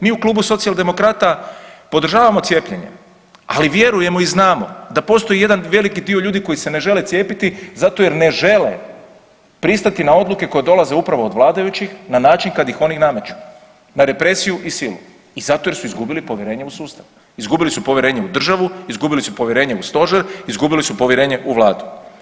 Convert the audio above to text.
Mi u Klubu Socijaldemokrata podržavamo cijepljenje, ali vjerujemo i znamo da postoji jedan veliki dio ljudi koji se ne žele cijepiti zato jer ne žele pristati na odluke koje dolaze upravo od vladajućih na način kad ih oni nameću, na represiju i silu i zato jer su izgubili povjerenje u sustav, izgubili su povjerenje u državu, izgubili su povjerenje u stožer, izgubili su povjerenje u vladu.